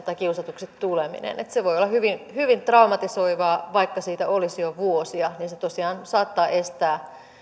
koulukiusatuksi tuleminen että se voi olla hyvin hyvin traumatisoivaa ja vaikka siitä olisi jo vuosia niin se tosiaan saattaa estää